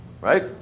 right